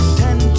ten